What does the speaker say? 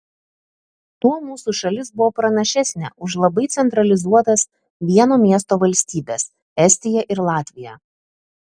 tuo mūsų šalis buvo pranašesnė už labai centralizuotas vieno miesto valstybes estiją ir latviją